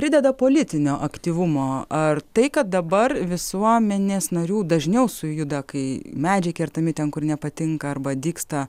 prideda politinio aktyvumo ar tai kad dabar visuomenės narių dažniau sujuda kai medžiai kertami ten kur nepatinka arba dygsta